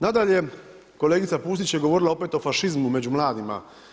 Nadalje, kolegica Pusić je govorila opet o fašizmu među mladima.